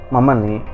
mamani